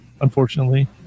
unfortunately